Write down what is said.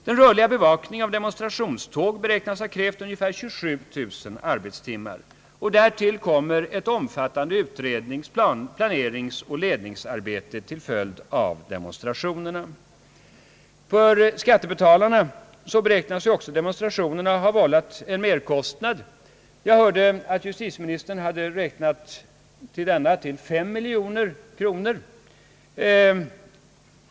Den rörliga bevakningen av demonstrationståg beräknas ha krävt ungefär 27000 arbetstimmar. Därtill kommer ett omfattande utrednings-, planeringsoch ledningsarbete till följd av demonstrationerna. För skattebetalarna beräknas demonstrationerna ha vållat en betydande merkostnad. Jag hörde att justitieministern hade beräknat denna till fem miljoner kronor.